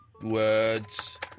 words